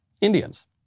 Indians